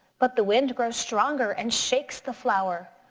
but the wind grows stronger and shakes the flower.